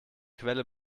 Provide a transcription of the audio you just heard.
quelle